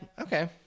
okay